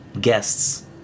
guests